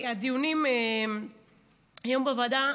הדיונים היום בוועדה,